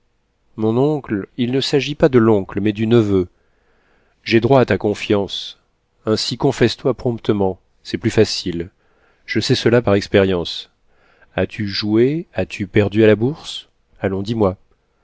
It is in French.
mon oncle il ne s'agit pas de l'oncle mais du neveu j'ai droit à ta confiance ainsi confesse toi promptement c'est plus facile je sais cela par expérience as-tu joué as-tu perdu à la bourse allons dis-moi